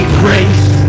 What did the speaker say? grace